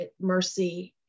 mercy